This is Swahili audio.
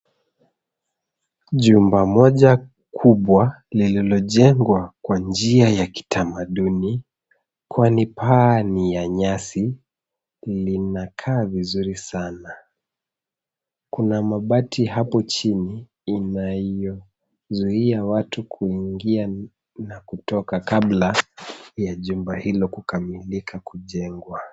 Jumba moja kubwa lililojengwa kwa njia ya kitamaduni kwani paa ni la nyasi. Linakaa vizuri sana. Kuna mabati hapo chini inayozuia watu kuingia na kutoka kabla ya jumba hili kukamilika kujengwa.